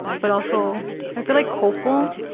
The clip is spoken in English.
but also, i feel, like, hopeful.